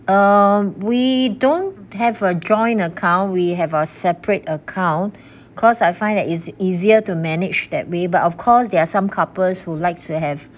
um we don't have a joint account we have a separate account cause I find that it's easier to manage that way but of course there are some couples who likes to have